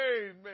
amen